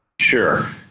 Sure